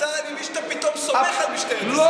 השר, אני מבין שאתה פתאום סומך על משטרת ישראל.